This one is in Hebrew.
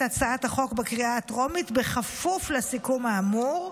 הצעת החוק בקריאה הטרומית בכפוף לסיכום האמור.